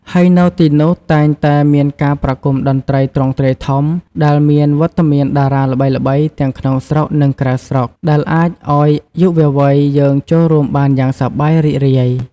ហើយនៅទីនោះ តែងតែមានការប្រគំតន្ត្រីទ្រង់ទ្រាយធំ ដែលមានវត្តមានតារាល្បីៗទាំងក្នុងស្រុក និងក្រៅស្រុក ដែលអាចអោយយុវវ័យយើងចូលរួមបានយ៉ាងសប្បាយរីករាយ។